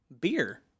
Beer